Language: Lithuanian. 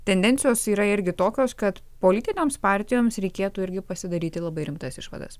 tendencijos yra irgi tokios kad politinėms partijoms reikėtų irgi pasidaryti labai rimtas išvadas